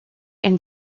and